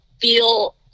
feel